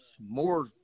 more